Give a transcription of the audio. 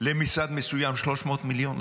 למשרד מסוים 300 מיליון?